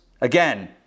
Again